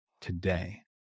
today